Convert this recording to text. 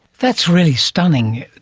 that's really stunning.